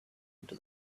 into